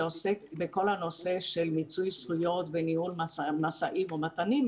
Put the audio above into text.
שעוסק בכל נושא מיצוי הזכויות וניהול משאים ומתנים,